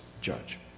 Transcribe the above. judge